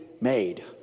made